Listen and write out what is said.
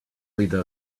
leader